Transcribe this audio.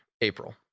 april